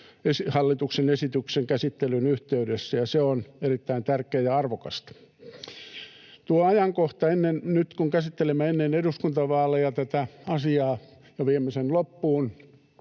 hallituksen esityksen käsittelyn yhteydessä, ja se on erittäin tärkeää ja arvokasta. Tuo ajankohta — nyt, kun käsittelemme ennen eduskuntavaaleja tätä asiaa ja viemme sen loppuun